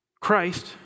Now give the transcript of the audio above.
Christ